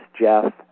Jeff